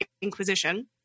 Inquisition